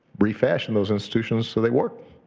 refashion those institutions so they work.